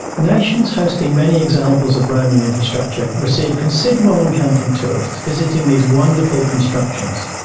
nations hosting many examples of roman infrastructure receive considerable income from tourists visiting these wonderful constructions.